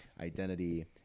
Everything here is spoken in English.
identity